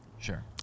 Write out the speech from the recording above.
Sure